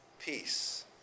peace